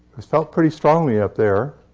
was felt pretty strongly up there.